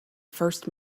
first